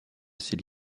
assez